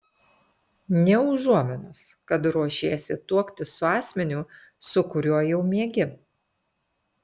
nė užuominos kad ruošiesi tuoktis su asmeniu su kuriuo jau miegi